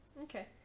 Okay